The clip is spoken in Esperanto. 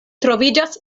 troviĝas